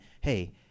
hey